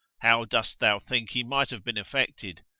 how dost thou think he might have been affected?